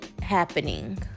happening